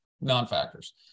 non-factors